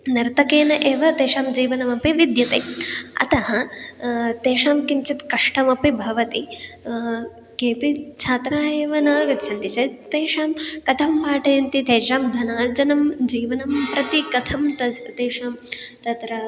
नर्तकेन एव तेषां जीवनमपि विद्यते अतः तेषां किञ्चित् कष्टमपि भवति केऽपि छात्राः एव न आगच्छन्ति चेत् तेषां कथं पाठयन्ति तेषां धनार्जनं जीवनं प्रति कथं तस्य तेषां तत्र